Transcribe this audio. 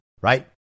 right